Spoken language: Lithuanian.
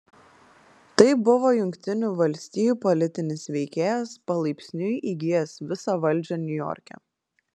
tai buvo jungtinių valstijų politinis veikėjas palaipsniui įgijęs visą valdžią niujorke